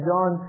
John